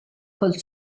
col